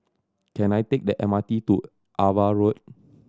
can I take the M R T to Ava Road